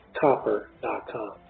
copper.com